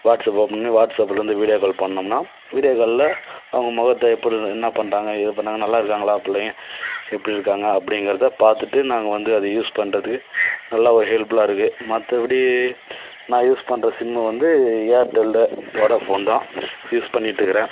WhatsApp open பண்ணி வாட்ஸப்லேந்து video call பண்ணோம்னா வீடியோ காலில் அவங்க முகத்த எப்டிருக்கு என்ன பண்ணுறாங்க ஏது பண்ணாங்க நல்லா இருக்காங்களா பிள்ளைங்க எப்படி இருக்காங்க அப்படிங்கிறத பார்த்துட்டு நாங்கள் வந்து அதை யூஸ் பண்ணுறதுக்கு நல்லா ஒரு ஹெல்ப்ஃபுல்லாக இருக்குது மற்றபடி நான் யூஸ் பண்ணுற சிம்மு வந்து ஏர்டெல்லு வோடாஃபோன் தான் யூஸ் பண்ணிட்ருக்கிறேன்